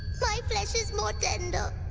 my flesh is more tender!